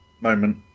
moment